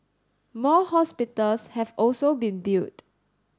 more hospitals have also been built